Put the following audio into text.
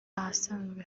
ahasanzwe